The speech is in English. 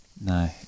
No